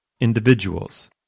individuals